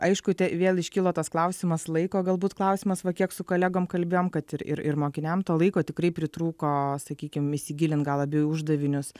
aišku te vėl iškilo tas klausimas laiko galbūt klausimas va kiek su kolegom kalbėjom kad ir ir ir mokiniam to laiko tikrai pritrūko sakykim įsigilint gal labiau į uždavinius